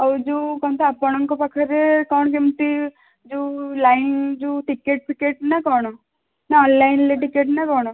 ଆଉ ଯେଉଁ କ'ଣ ତ ଆପଣଙ୍କ ପାଖରେ କ'ଣ କେମିତି ଯେଉଁ ଲାଇନ୍ ଯେଉଁ ଟିକେଟ୍ ଫିଟେକ୍ ନା କ'ଣ ନା ଅନଲାଇନ୍ରେ ଟିକେଟ୍ ନା କ'ଣ